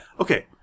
Okay